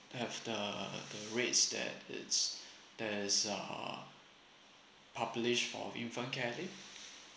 have the the reads that it's there's a publish for infant care leave